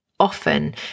often